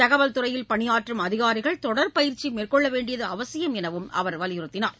தகவல் துறையில் பணியாற்றும் அதிகாரிகள் தொடர் பயிற்சி மேற்கொள்ள வேண்டியது அவசியம் எனவும் அவர் வலியுறுத்தினார்